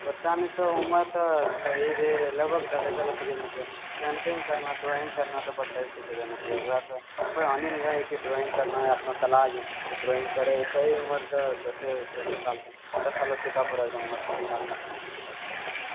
बच्चा नि तऽ ओम्हर तऽ सहिरे लगभग दसे सालमे सिखेले छियो पैंटिङ्ग करना ड्रॉइंग करना तऽ बच्चामे हि सिख जाना चाहियह एकरासँ कोइ हानि नहि है ड्रॉइंग करना अपना कला ड्रॉइंग करैके सहि उमर तऽ दसे दसे साल छै दस सालमे एकदम मस्त मस्त अच्छा अच्छा पैंटिङ्ग सिखि सकै यहऽ